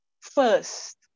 first